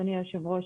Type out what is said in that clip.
אדוני היו"ר,